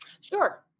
Sure